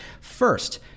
First